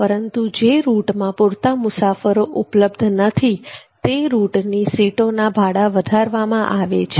પરંતુ જે રૂટમાં પુરતા મુસાફરો ઉપલબ્ધ નથી તે રૂટની સીટોના ભાડા વધારવામાં આવે છે